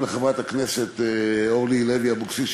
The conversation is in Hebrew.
גם לחברת הכנסת אורלי לוי אבקסיס,